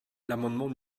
l’amendement